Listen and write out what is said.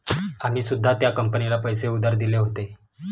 आम्ही सुद्धा त्या कंपनीला पैसे उधार दिले होते